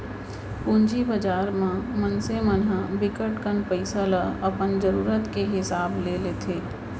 पूंजी बजार म मनसे मन ह बिकट कन पइसा ल अपन जरूरत के हिसाब ले लेथे